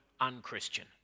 unchristian